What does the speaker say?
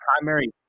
primary